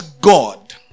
God